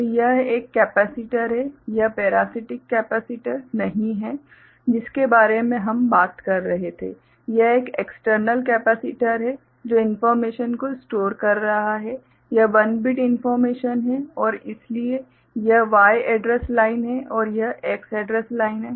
तो यह एक केपेसिटर है यह पेरासीटिक केपेसिटर नहीं है जिसके बारे में हम बात कर रहे थे यह एक एक्सटर्नल केपेसिटर है जो इन्फोर्मेशन को स्टोर कर रहा है यह 1 बिट इन्फोर्मेशन है और इसलिए यह Y एड्रेस लाइन है और यह X एड्रेस लाइन है